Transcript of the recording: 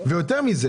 יותר מזה